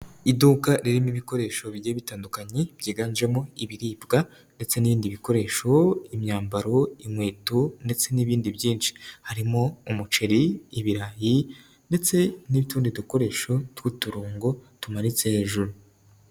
Iduka ririmo ibikoresho bijya bitandukanye byiganjemo ibiribwa ndetse n'ibindi bikoresho, imyambaro, inkweto ndetse n'ibindi byinshi, harimo umuceri ibirayi ndetse n'utundi dukoresho tw'uturungo tumanitse hejuru.